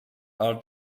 are